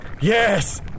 Yes